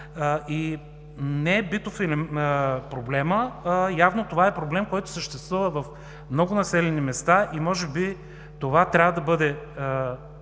и не е битов проблемът. Явно това е проблем, който съществува в много населени места и може би това трябва да бъде